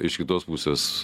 iš kitos pusės